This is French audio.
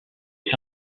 est